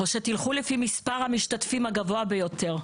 או שתלכו לפי מספר המשתתפים הגבוה ביותר.